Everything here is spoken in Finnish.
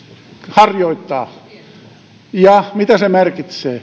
harjoittaa mitä se merkitsee